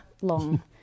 long